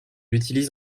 utilise